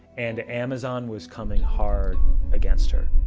and amazon was coming hard against her.